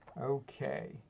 Okay